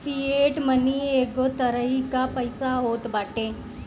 fiat money एगो तरही कअ पईसा होत बाटे